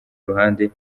iruhande